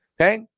Okay